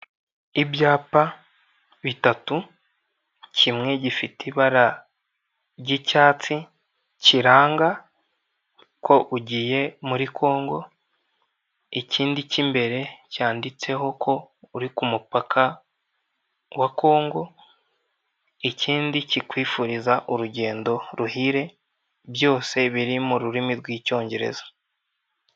Ibyapa bitatu kimwe gifite ibara ry'icyatsi kiranga ko ugiye muri kongo ,ikindi cy'imbere cyanditseho ko uri ku mupaka wa kongo, ikindi kikwifuriza urugendo ruhire byose biri m'ururimi rw'icyongereza.